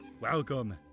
Welcome